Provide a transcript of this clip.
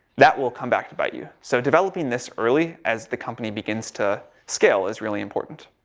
that will come back to bite you, so developing this early as the company begins to scale is really important.